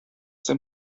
dem